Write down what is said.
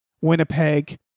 winnipeg